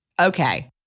Okay